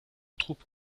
troupe